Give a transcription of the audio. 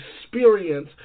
experience